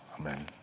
amen